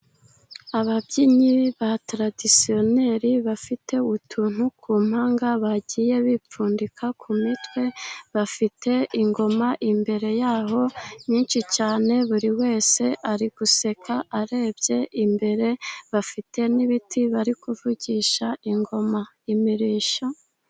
Ababyinnyi ba taradisiyoneri bafite utuntu ku mpanga bagiye bipfundika ku mitwe, bafite ingoma imbere yaho nyinshi cyane, buri wese ari guseka arebye imbere, bafite n'ibiti bari kuvugisha ingoma. Imirishyo,..